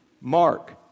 Mark